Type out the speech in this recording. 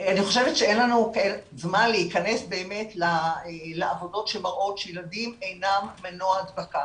אני חושבת שאין לנו זמן להיכנס לעבודות שמראות שילדים אינם מנוע הדבקה.